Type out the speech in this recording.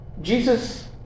Jesus